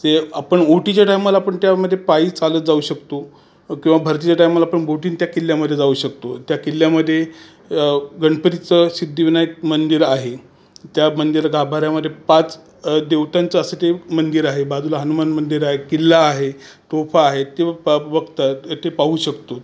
ते आपण ओहोटीच्या टायमाला पण त्यामध्ये पायी चालत जाऊ शकतो किंवा भरतीच्या टायमाला पण बोटीनं त्या किल्ल्यामध्ये जाऊ शकतो त्या किल्ल्यामध्ये गणपतीचं सिद्धिविनायक मंदिर आहे त्या मंदिर गाभाऱ्यामध्ये पाच देवतांचं असं ते मंदिर आहे बाजूला हनुमान मंदिर आहे किल्ला आहे तोफा आहेत ते पा बघतात ते पाहू शकतो